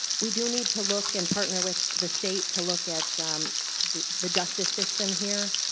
we do need to look and partner with the state to look at the the justice system here.